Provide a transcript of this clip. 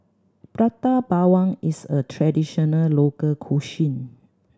Prata Bawang is a traditional local cuisine